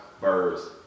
birds